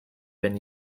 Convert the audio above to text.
been